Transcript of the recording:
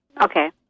Okay